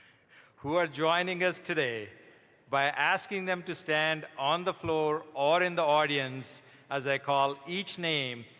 who are joining us today by asking them to stand on the floor or in the audience as i call each name,